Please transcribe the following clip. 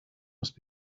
must